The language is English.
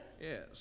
Yes